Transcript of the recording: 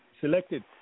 selected